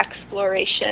exploration